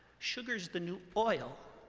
sugar's the new oil.